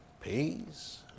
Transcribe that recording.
peace